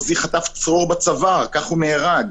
שעוז חטף צרור בצוואר וכך הוא נהרג.